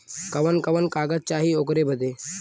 कवन कवन कागज चाही ओकर बदे?